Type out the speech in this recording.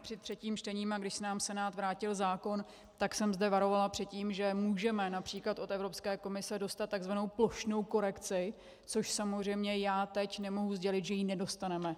Při třetím čtení, když nám Senát vrátil zákon, tak jsem zde varovala před tím, že můžeme například od Evropské komise dostat takzvanou plošnou korekci, což samozřejmě já teď nemohu sdělit, že ji nedostaneme.